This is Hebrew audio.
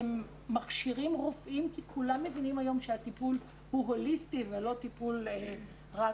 והם מכשירים רופאים כי כולם מבינים היום הוא הוליסטי ולא טיפול נקודתי.